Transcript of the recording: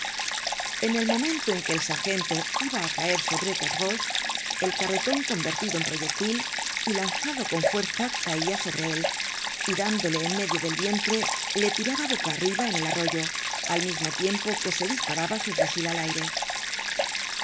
en el momento en que el sargento iba á caer sobre gavroche el carreton convertido en proyectil y lanzado con fuerza caia sobre él y dándole en medio del vientre le tiraba boca arriba en el arroyo al mismo tiempo que se disparaba su fusil al aire al